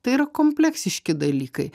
tai yra kompleksiški dalykai